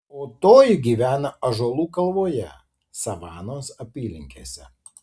o toji gyvena ąžuolų kalvoje savanos apylinkėse